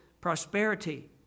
prosperity